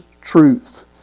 truth